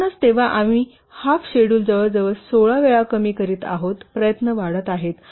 तर म्हणूनच तेव्हा आम्ही हाफ शेड्युल जवळजवळ 16 वेळा कमी करत आहोत प्रयत्न वाढत आहे